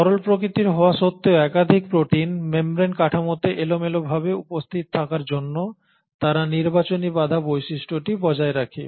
তরল প্রকৃতি হওয়া সত্ত্বেও একাধিক প্রোটিন মেমব্রেন কাঠামোতে এলোমেলোভাবে উপস্থিত থাকার জন্য তারা নির্বাচনী বাধা বৈশিষ্ট্যটি বজায় রাখে